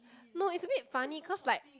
no is a bit funny cause like